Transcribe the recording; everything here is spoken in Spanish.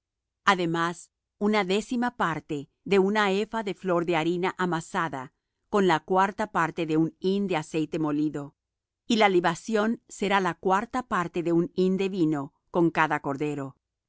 además una décima parte de un epha de flor de harina amasada con la cuarta parte de un hin de aceite molido y la libación será la cuarta parte de un hin de vino con cada cordero